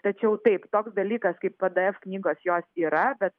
tačiau taip toks dalykas kaip pė dė ef knygos jos yra bet